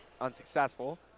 Unsuccessful